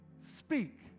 speak